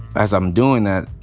as i'm doing that,